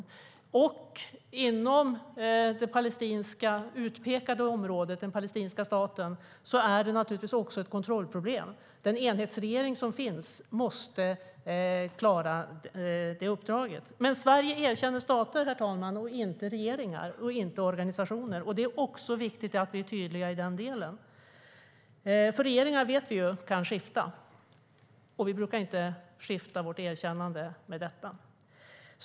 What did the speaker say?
Inom det utpekade palestinska området, den palestinska staten, är det givetvis också ett kontrollproblem. Den enhetsregering som finns måste klara det uppdraget. Herr talman! Sverige erkänner stater, inte regeringar och organisationer. Det är viktigt att vi är tydliga med det. Regeringar kan skifta, men vi brukar inte skifta vårt erkännande med detta.